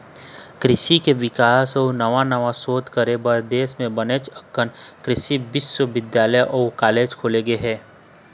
कृषि के बिकास अउ नवा नवा सोध करे बर देश म बनेच अकन कृषि बिस्वबिद्यालय अउ कॉलेज खोले गे हे